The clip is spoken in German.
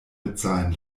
bezahlen